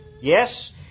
Yes